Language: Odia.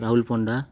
ରାହୁଲ ପଣ୍ଡା